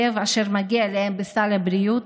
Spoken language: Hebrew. שיקום לב, אשר מגיע להם בסל הבריאות?